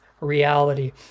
reality